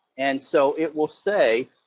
and so it will say,